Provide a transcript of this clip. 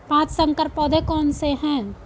पाँच संकर पौधे कौन से हैं?